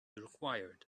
required